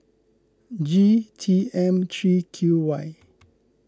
G T M three Q Y